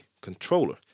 controller